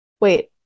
wait